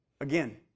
Again